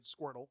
Squirtle